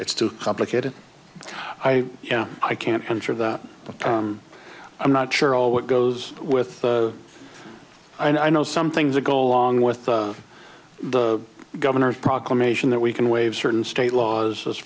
it's too complicated i you know i can't answer that but i'm not sure all what goes with i know some things that go along with the governor's proclamation that we can waive certain state laws as